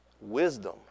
wisdom